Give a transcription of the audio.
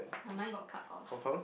uh mine got cut off